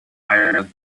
ireland